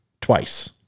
twice